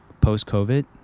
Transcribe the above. post-COVID